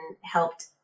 helped